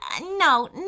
No